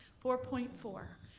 four point four,